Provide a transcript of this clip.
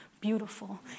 beautiful